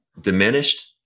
diminished